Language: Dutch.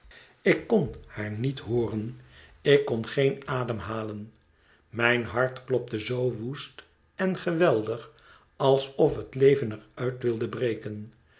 ik kon haar niet hoorén ik kon geen adem halen mijn hart klopte zoo woest en geweldig alsof het leven er uit wilde breken